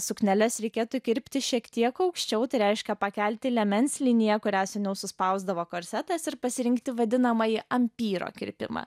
sukneles reikėtų kirpti šiek tiek aukščiau tai reiškia pakelti liemens liniją kurią seniau suspausdavo korsetas ir pasirinkti vadinamąjį ampyro kirpimą